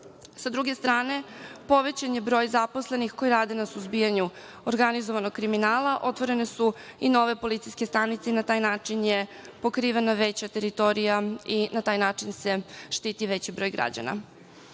druge strane, povećan je broj zaposlenih koji rade na suzbijanju organizovanog kriminala, otvorene su i nove policijske stanice i na taj način je pokrivena veća teritorija i na taj način se štiti veći broj građana.U